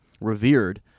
revered